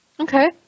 Okay